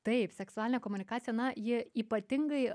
taip seksualinė komunikacija na ji ypatingai